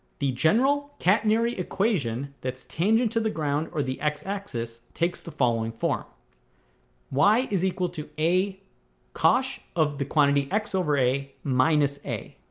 the general catenary equation that's tangent to the ground or the x-axis takes the following form y is equal to a cosh of the quantity x over a minus a